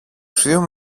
θείου